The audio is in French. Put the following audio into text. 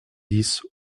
dix